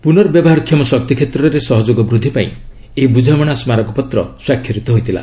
ପୁନର୍ବ୍ୟବହାର କ୍ଷମ ଶକ୍ତି କ୍ଷେତ୍ରରେ ସହଯୋଗ ବୃଦ୍ଧି ପାଇଁ ଏହି ବୁଝାମଣା ସ୍କାରକପତ୍ର ସ୍ୱାକ୍ଷରିତ ହୋଇଥିଲା